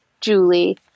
Julie